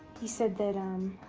he said that